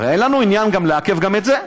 הרי אין לנו עניין לעכב גם את זה.